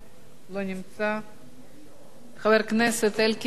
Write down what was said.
לא נמצא, חבר הכנסת אלקין,